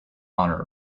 honor